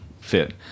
fit